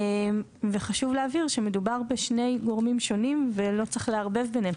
וחשוב להבהיר שמדובר בשני גורמים שונים ולא צריך לערבב ביניהם.